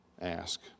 ask